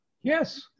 yes